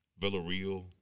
Villarreal